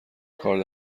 کار